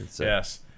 yes